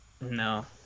No